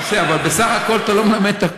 אבל בסך הכול אתה לא מלמד אותו כלום.